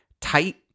tight